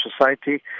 Society